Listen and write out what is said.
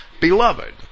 beloved